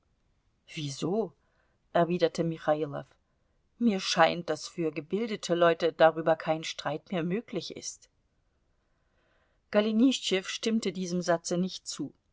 wieso erwiderte michailow mir scheint daß für gebildete leute darüber kein streit mehr möglich ist golenischtschew stimmte diesem satze nicht zu